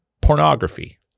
pornography